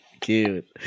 cute